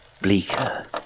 bleaker